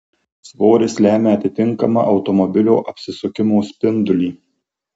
svoris lemia atitinkamą automobilio apsisukimo spindulį